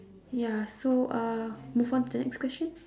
ya so uh move on to the next question